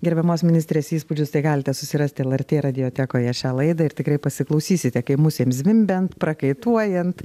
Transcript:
gerbiamos ministrės įspūdžius tai galite susirasti lrt radiotekoje šią laidą ir tikrai pasiklausysite kaip musėms zvimbiant prakaituojant